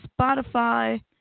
Spotify